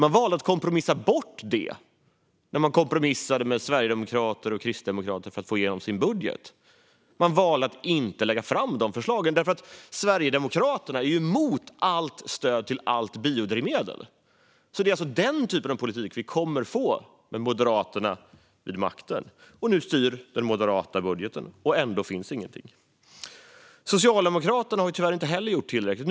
De valde att kompromissa bort det när de kompromissade med sverigedemokrater och kristdemokrater för att få igenom sin budget. De valde att inte lägga fram dessa förslag, för Sverigedemokraterna är ju emot allt stöd till biodrivmedel. Det är alltså den typen av politik som vi kommer att få med Moderaterna vid makten. Nu styr den moderata budgeten, och ändå finns ingenting. Socialdemokraterna har tyvärr inte heller gjort tillräckligt.